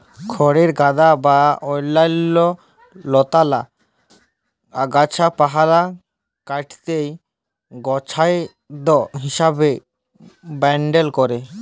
খড়ের গাদা বা অইল্যাল্য লতালা গাহাচপালহা কাইটে গখাইদ্য হিঁসাবে ব্যাভার ক্যরে